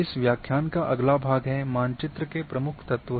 इस व्याख्यान का अगला भाग है मानचित्र के प्रमुख तत्व